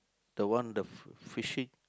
the one the fishing